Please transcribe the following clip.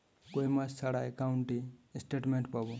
কয় মাস ছাড়া একাউন্টে স্টেটমেন্ট পাব?